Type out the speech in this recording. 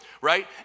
right